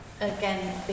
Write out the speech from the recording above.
Again